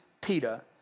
Peter